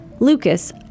Lucas